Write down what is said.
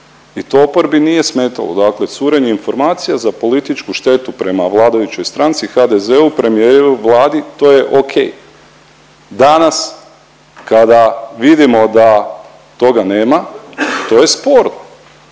i to oporbi nije smetalo. Dakle, curenje informacija za političku štetu prema vladajućoj stranci i HDZ-u, premijeru, Vladi to je ok. Danas kada vidimo da toga nema to je sporno.